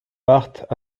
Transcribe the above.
partent